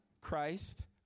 Christ